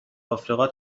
آفریقا